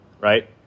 Right